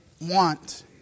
want